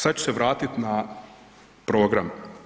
Sad ću se vratiti na program.